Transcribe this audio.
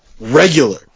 regular